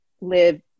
live